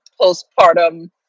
Postpartum